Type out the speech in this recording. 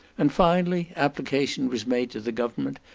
and finally, application was made to the government,